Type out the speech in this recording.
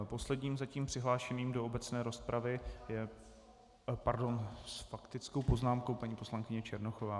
Posledním zatím přihlášeným do obecné rozpravy pardon, s faktickou poznámkou paní poslankyně Černochová.